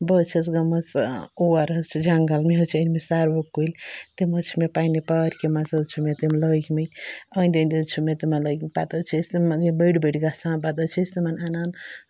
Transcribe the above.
بہٕ حظ چھس گٔمٕژ اور حظ چھِ جنٛگَل مےٚ چھِ أنۍ مٕتۍ سَروٕ کُلۍ تِم حظ چھِ مےٚ پنٛنہِ پارکہِ منٛز حظ چھِ مےٚ تِم لٲگۍ مٕتۍ أنٛدۍ أنٛدۍ حظ چھِ مےٚ تِمَے لٲگۍ مٕتۍ پَتہٕ حظ چھِ أسۍ تِمَن یہِ بٔڈۍ بٔڈۍ گژھان پَتہٕ حظ چھِ أسۍ تِمَن اَنان